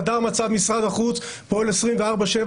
חדר מצב במשרד החוץ פועל 24/7,